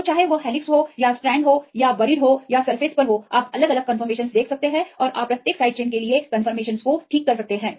तो चाहे वह हेलिक्स में हो या वह स्ट्रैंड हो या चाहे वह बरीड हो या उजागर हो आप अलग अलग कंफर्मेशनस देख सकते हैं और आप प्रत्येक साइड चेन के लिए इनकंफर्मेशनस को ठीक कर सकते हैं